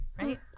right